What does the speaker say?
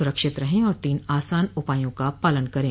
सुरक्षित रहें और तीन आसान उपायों का पालन करें